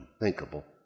unthinkable